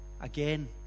again